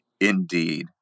Indeed